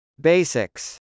Basics